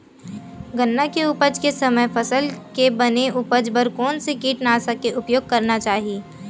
गन्ना के उपज के समय फसल के बने उपज बर कोन से कीटनाशक के उपयोग करना चाहि?